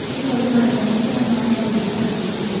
ទីមួយ ស្មារតីនេះបានបង្ហាញពី សាមគ្គីភាព។